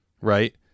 Right